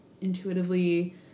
intuitively